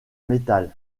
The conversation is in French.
métal